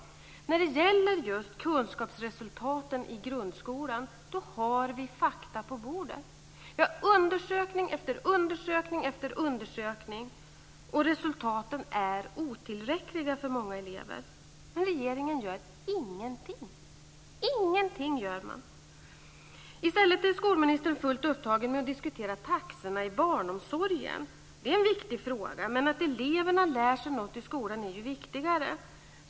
Vi har fakta på bordet när det gäller kunskapsresultaten i grundskolan. Vi har undersökning efter undersökning, och resultaten är otillräckliga för många elever. Men regeringen gör ingenting. I stället är skolministern fullt upptagen med att diskutera taxorna i barnomsorgen. Det är en viktig fråga. Men att eleverna lär sig något i skolan är ju viktigare.